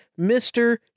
Mr